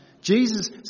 Jesus